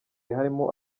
harimo